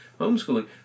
homeschooling